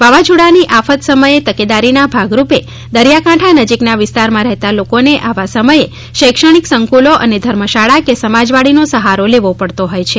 વાવાઝોડાંની આફત સમયે તકેદારીના ભાગરૂપે દરિયાકાંઠા નજીકના વિસ્તારમાં રહેતા લોકોને આવા સમયે શૈક્ષણિક સંક્રલો અને ધર્મશાળા કે સમાજવાડીનો સફારો લેવો પડતો હોય છે